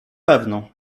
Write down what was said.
pewno